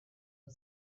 the